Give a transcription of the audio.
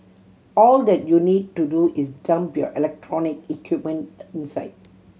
all that you need to do is dump your electronic equipment inside